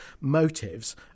motives